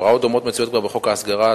הוראות דומות נמצאות כבר בחוק ההסגרה,